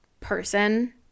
person